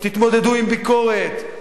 תתמודדו עם ביקורת,